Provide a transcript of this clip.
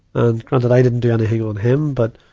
and, granted i didn't do anything on him, but,